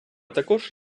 також